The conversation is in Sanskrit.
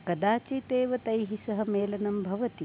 कदाचित् एव तैः सह मेलनं भवति